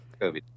COVID